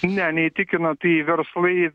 ne neįtikina tai verslai